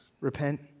Repent